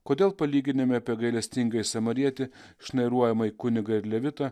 kodėl palyginime apie gailestingąjį samarietį šnairuojama į kunigą ir levitą